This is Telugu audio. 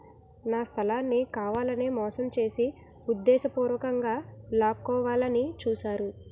నా స్థలాన్ని కావాలనే మోసం చేసి ఉద్దేశపూర్వకంగా లాక్కోవాలని చూశారు